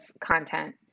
content